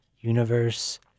universe